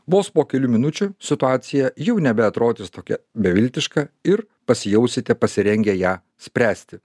vos po kelių minučių situacija jau nebeatrodys tokia beviltiška ir pasijausite pasirengę ją spręsti